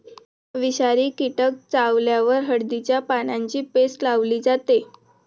विषारी कीटक चावल्यावर हळदीच्या पानांची पेस्ट लावली जाते